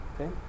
okay